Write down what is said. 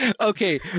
Okay